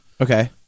Okay